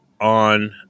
on